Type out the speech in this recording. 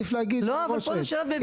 עדיף להגיד מראש שאין,